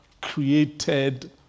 created